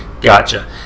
Gotcha